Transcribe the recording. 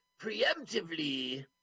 preemptively